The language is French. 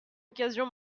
occasion